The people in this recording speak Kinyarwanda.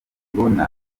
mubibona